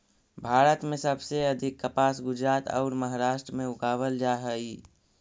भारत में सबसे अधिक कपास गुजरात औउर महाराष्ट्र में उगावल जा हई